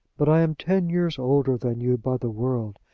but i am ten years older than you by the world.